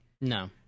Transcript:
No